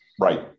Right